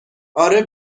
اره